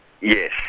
Yes